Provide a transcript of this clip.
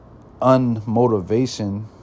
Unmotivation